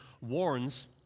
warns